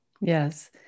Yes